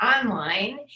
Online